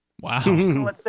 Wow